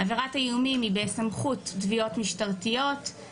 עבירת האיומים היא בסמכות תביעות משטרתיות,